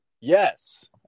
Yes